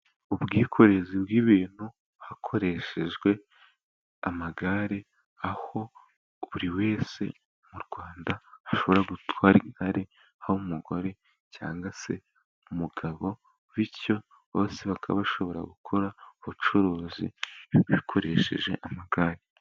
Ubwikorezi bw'ibintu hakoreshejwe amagare aho buri wese mu Rwanda ashobora gutwara igare, aho umugore cyangwa se umugabo bityo bose bakaba bashobora gukora ubucuruzi bikoresheje amagare.